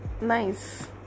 nice